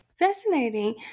Fascinating